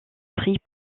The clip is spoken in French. pris